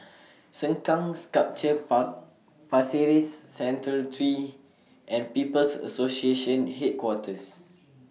Sengkang Sculpture Park Pasir Ris Central Street and People's Association Headquarters